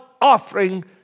offering